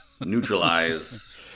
neutralize